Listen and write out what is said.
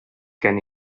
gen